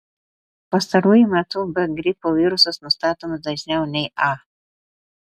pastaruoju metu b gripo virusas nustatomas dažniau nei a